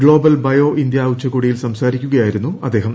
global bio India ഉച്ചകോടിയിൽ സംസാരിക്കുകയായിരുന്നു അദ്ദേഹം